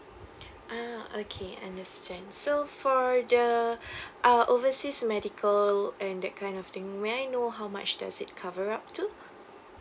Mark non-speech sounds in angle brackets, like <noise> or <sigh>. <breath> ah okay understand so for the <breath> uh overseas medical and that kind of thing may I know how much does it cover up too